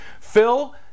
Phil